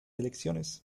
elecciones